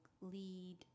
lead